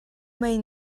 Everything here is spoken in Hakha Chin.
mei